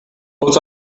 but